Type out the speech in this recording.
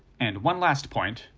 and one last point,